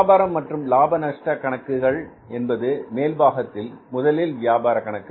வியாபாரம் மற்றும் லாப நஷ்ட கணக்குகள் என்பது மேல்பாகத்தில் முதலில் வியாபார கணக்கு